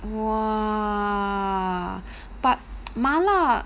!wah! but 麻辣